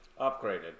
upgraded